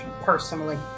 personally